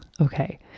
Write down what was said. okay